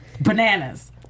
bananas